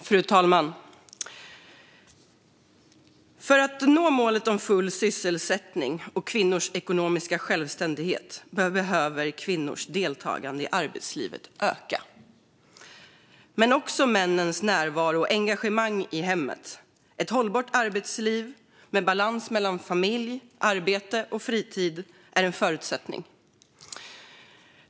Fru talman! För att nå målet om full sysselsättning och kvinnors ekonomiska självständighet behöver kvinnors deltagande i arbetslivet öka men också männens närvaro och engagemang i hemmet. Ett hållbart arbetsliv med balans mellan familj, arbete och fritid är en förutsättning.